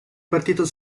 partito